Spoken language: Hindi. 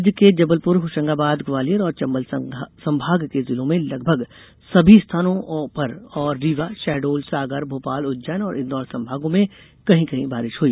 राज्य के जबलपुर होशंगाबाद ग्वालियर और चंबल संभाग के जिलों में लगभग सभी स्थानों पर और रीवा शहडोल सागर भोपाल उज्जैन और इंदौर सभागों में कहीं कहीं बारिश हुई